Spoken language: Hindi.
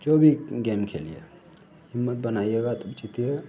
जो भी गेम खेलिए हिम्मत बनाइएगा तब जीतिएगा